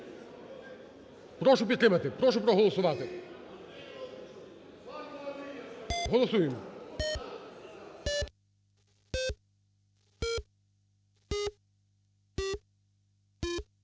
Прошу підтримати, прошу проголосувати. Голосуємо.